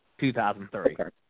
2003